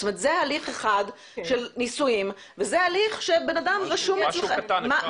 זאת אומרת זה הליך אחד של נישואים וזה הליך שבן אדם רשום אצלכם.